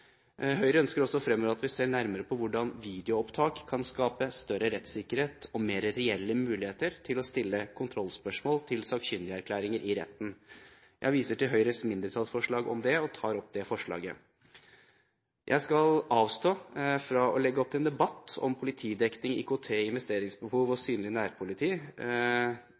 Høyre ønsker også fremover at vi ser nærmere på hvordan videoopptak kan skape større rettssikkerhet og mer reelle muligheter til å stille kontrollspørsmål til sakkyndigeerklæringer i retten. Jeg viser til Høyres og Fremskrittspartiets mindretallsforslag om det og tar opp det forslaget. Jeg skal avstå fra å legge opp til en debatt om politidekning, IKT, investeringsbehov og synlig nærpoliti.